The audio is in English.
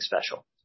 special